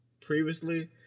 previously